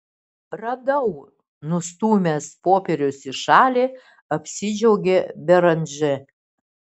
radau nustūmęs popierius į šalį apsidžiaugė beranžė